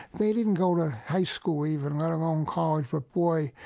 they didn't go to high school even, let alone college, but boy,